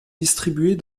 distribuées